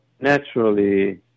naturally